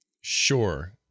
sure